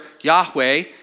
Yahweh